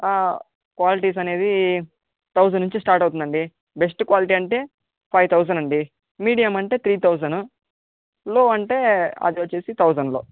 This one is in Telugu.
క్వాలిటీస్ అనేవి థౌజండ్ నుండి స్టార్ట్ అవుతుందండి బెస్ట్ క్వాలిటీ అంటే ఫైవ్ థౌజండ్ అండి మీడియం అంటే త్రి థౌజండ్ లో అంటే అది వచ్చి థౌజండ్లో